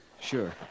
sure